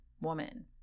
woman